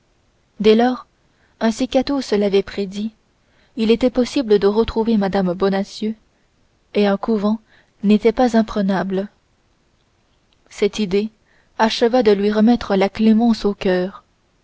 dès lors ainsi qu'athos l'avait prédit il était possible de retrouver mme bonacieux et un couvent n'était pas imprenable cette idée acheva de lui remettre la clémence au coeur